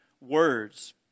words